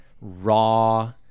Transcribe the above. raw